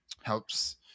Helps